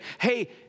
hey